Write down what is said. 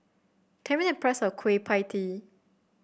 tell me the price of Kueh Pie Tee